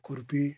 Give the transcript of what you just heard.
खुरपी